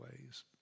ways